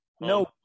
no